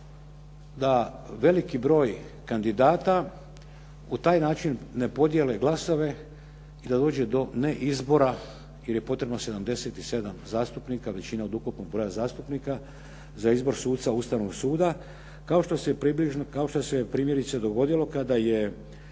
da veliki broj kandidata u taj način ne podijele glasove i da dođe do ne izbora jer je potrebno 77 zastupnika većina od ukupnog broja zastupnika za izbor suca Ustavnog suda, kao što se primjerice dogodilo kada je